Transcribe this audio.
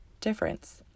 difference